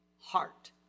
Heart